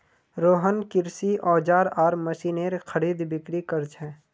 रोहन कृषि औजार आर मशीनेर खरीदबिक्री कर छे